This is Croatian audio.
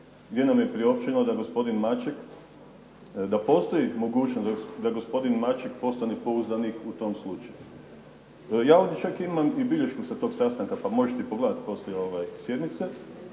da gospdodin Maček, da postoji mogućnost da gospodin Maček postane pouzdanik u tom slučaju. Ja ovdje čak imam i bilješku sa tog sastanka, pa možete pogledati poslije sjednice,